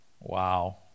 Wow